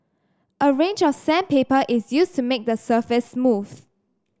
a range of sandpaper is used to make the surface smooth